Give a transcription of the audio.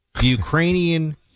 Ukrainian